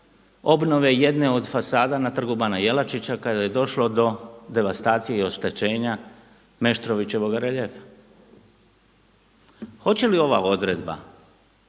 obnove jedne od fasada na Trgu bana Josipa Jelačića kada je došlo do devastacije i oštećenja Meštrovićevoga reljefa. Hoće li ova odredba